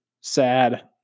sad